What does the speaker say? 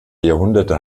jahrhunderte